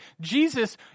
Jesus